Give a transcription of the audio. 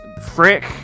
frick